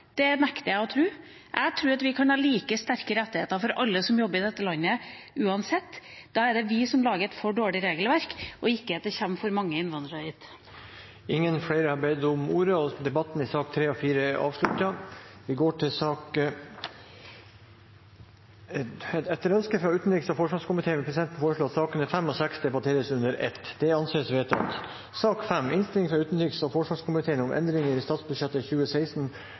den nekter jeg å tro på, jeg tror at vi kan ha like sterke rettigheter for alle som jobber i dette landet uansett. Da er det vi som lager et for dårlig regelverk, og ikke at det kommer for mange innvandrere hit. Flere har ikke bedt om ordet til sakene nr. 3 og 4. Etter ønske fra utenriks- og forsvarskomiteen vil presidenten foreslå at sakene nr. 5 og 6 debatteres under ett. – Det anses vedtatt. Etter ønske fra utenriks- og forsvarskomiteen